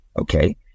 Okay